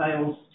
sales